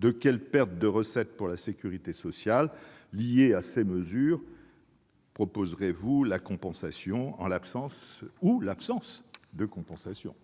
De quelles pertes de recettes pour la sécurité sociale liées à ces mesures proposerez-vous la compensation ou l'absence de compensation ?